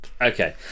Okay